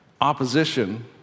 opposition